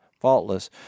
faultless